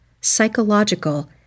psychological